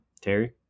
Terry